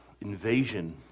invasion